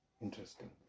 Interesting